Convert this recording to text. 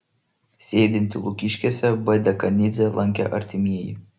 sėdintį lukiškėse b dekanidzę lankė artimieji